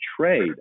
trade